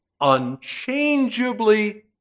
unchangeably